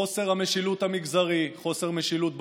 חוסר המשילות המגזרי, חוסר משילות בנגב,